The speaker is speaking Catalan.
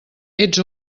ets